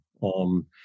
on